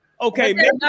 Okay